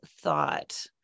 thought